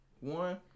one